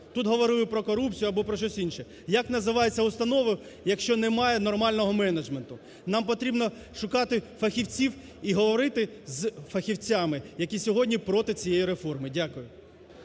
тут говорили про корупцію або про щось інше, як називається установа, якщо немає нормального менеджменту. Нам потрібно шукати фахівців і говорити з фахівцями, які сьогодні проти цієї реформи. Дякую.